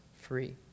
free